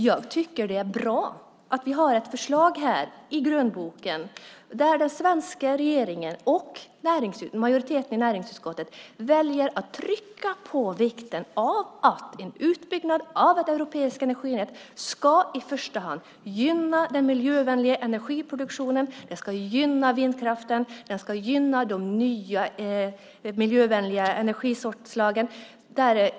Jag tycker att det är bra att vi har ett förslag i grönboken där den svenska regeringen och majoriteten i näringsutskottet väljer att trycka på vikten av att en utbyggnad av ett europeiskt energinät i första hand ska gynna den miljövänliga energiproduktionen. Den ska gynna vindkraften, den ska gynna de nya miljövänliga energislagen.